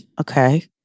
Okay